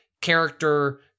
character